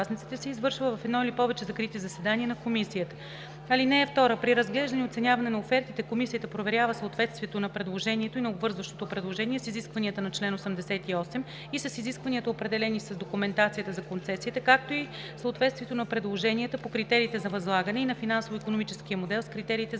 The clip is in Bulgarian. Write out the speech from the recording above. разглеждане и оценяване на офертите комисията проверява съответствието на предложението и на обвързващото предложение с изискванията на чл. 88 и с изискванията, определени с документацията за концесията, както и съответствието на предложенията по критериите за възлагане и на финансово-икономическия модел с критериите за възлагане.